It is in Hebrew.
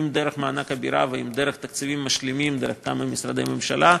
אם דרך מענק הגירה ואם דרך תקציבים משלימים דרך כמה משרדי ממשלה,